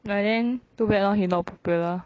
but then too bad lor he not popular